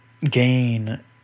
gain